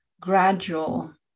gradual